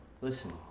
listen